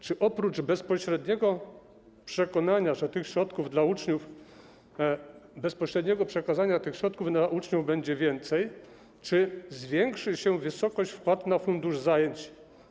Czy oprócz bezpośredniego przekonania, że tych środków dla uczniów... bezpośredniego przekazania tych środków dla uczniów będzie więcej, czy zwiększy się wysokość wpłat na fundusz zajęć?